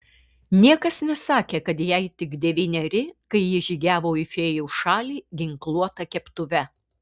niekas nesakė kad jai tik devyneri kai ji žygiavo į fėjų šalį ginkluota keptuve